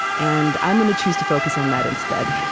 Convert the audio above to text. and i'm gonna choose to focus on that instead